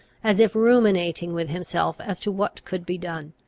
as if ruminating with himself as to what could be done.